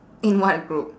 in what group